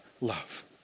love